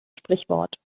sprichwort